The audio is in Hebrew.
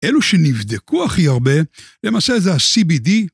אלו שנבדקו הכי הרבה, למעשה זה ה-CBD.